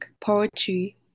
poetry